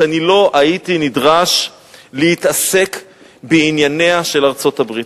שאני לא הייתי נדרש להתעסק בענייניה של ארצות-הברית.